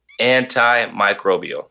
antimicrobial